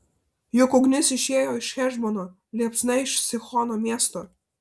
juk ugnis išėjo iš hešbono liepsna iš sihono miesto